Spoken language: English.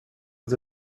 was